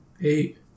eight